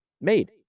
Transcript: made